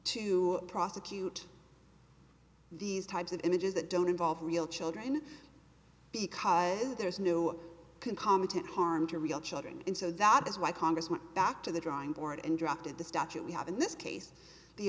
to prosecute these types of images that don't involve real children because there's no can comment and harm to real children and so that is why congress went back to the drawing board and drafted the statute we have in this case the